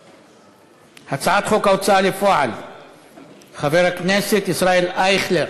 הצעת חוק ההוצאה לפועל (תיקון); חבר הכנסת ישראל אייכלר,